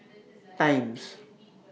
Times